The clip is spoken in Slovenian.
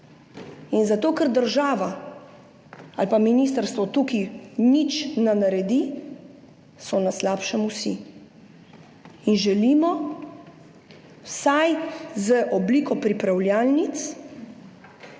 In zato, ker država ali pa ministrstvo tukaj nič ne naredi, so na slabšem vsi. In želimo vsaj z obliko pripravljalnic